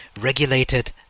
regulated